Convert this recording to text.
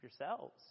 yourselves